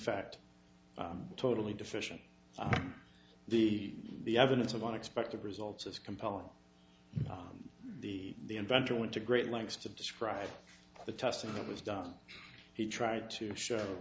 fact totally deficient the the evidence of unexpected results as compelling the the inventor went to great lengths to describe the testing that was done he tried to show